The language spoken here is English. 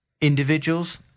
Individuals